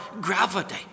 gravity